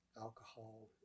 Alcohol